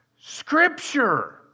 Scripture